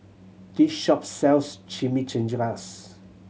this shop sells Chimichangas